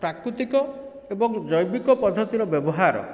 ପ୍ରାକୃତିକ ଏବଂ ଜୈବିକ ପଦ୍ଧତିର ବ୍ୟବହାର